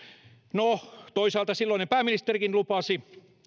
no toisaalta silloinen pääministerikin lupasi